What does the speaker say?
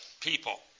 people